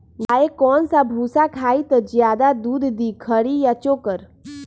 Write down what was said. गाय कौन सा भूसा खाई त ज्यादा दूध दी खरी या चोकर?